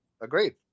Agreed